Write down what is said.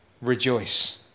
rejoice